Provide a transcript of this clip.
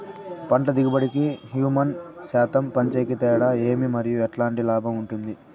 పంట దిగుబడి కి, హ్యూమస్ శాతం పెంచేకి తేడా ఏమి? మరియు ఎట్లాంటి లాభం ఉంటుంది?